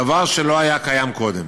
דבר שלא היה קיים קודם.